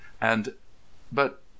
and-but